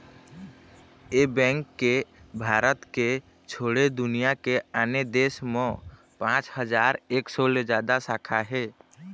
ए bank के भारत के छोड़े दुनिया के आने देश म पाँच हजार एक सौ ले जादा शाखा हे